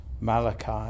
Malachi